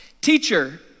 teacher